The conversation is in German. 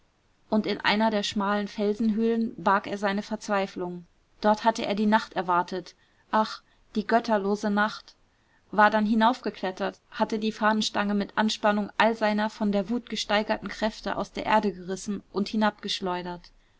und in einer der schmalen felsenhöhlen barg er seine verzweiflung dort hatte er die nacht erwartet ach die götterlose nacht war dann hinaufgeklettert hatte die fahnenstange mit anspannung all seiner von der wut gesteigerten kräfte aus der erde gerissen und hinab